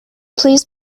please